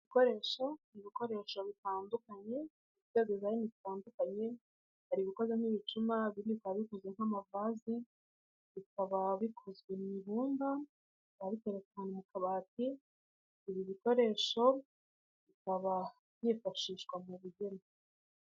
Ibikoresho, ni ibikoresho bitandukanye, bibaje bitandukanye, hari ibikze nk'ibicuma, ibindi bikaba bikoze nk'amavase, bikaba bikozwe mu ibumba ariko bikaba biteretse ahantu mu kabati, ibi bikoresho bikaba byifashishwa mu bugeni.